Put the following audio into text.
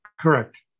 Correct